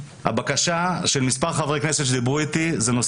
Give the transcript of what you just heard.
הבקשה של מספר חברי כנסת שדיברו איתי הוא הנושא